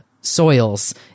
soils